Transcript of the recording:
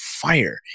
fire